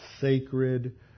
sacred